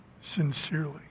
sincerely